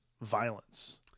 violence